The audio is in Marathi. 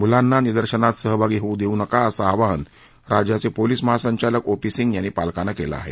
मुलांना निदर्शनात सहभागी होऊ देऊ नका असं आवाहन राज्याचे पोलीस महासंचालक ओ पी सिंग यांनी पालकांना केलं आहे